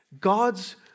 God's